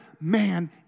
man